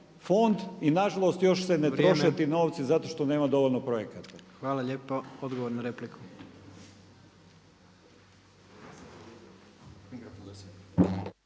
fond i nažalost još se ne troše ti novci zato što nema dovoljno projekata. **Jandroković,